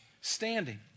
standing